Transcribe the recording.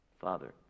Father